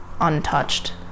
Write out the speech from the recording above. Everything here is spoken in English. untouched